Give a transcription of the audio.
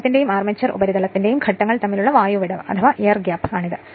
ധ്രുവത്തിന്റെയും armature ഉപരിതലത്തിന്റെയും ഘട്ടങ്ങൾ തമ്മിലുള്ള വായു വിടവാണിത്